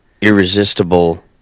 irresistible